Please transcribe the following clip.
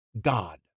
God